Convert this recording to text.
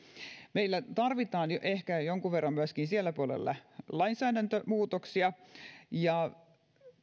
meillä tarvitaan ehkä jonkun verran myöskin siellä puolella lainsäädäntömuutoksia